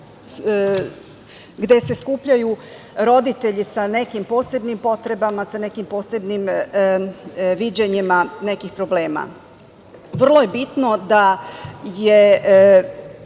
gde se skupljaju roditelji sa nekim posebnim potrebama, sa nekim posebnim viđanjima nekih problema. Vrlo je bitno da je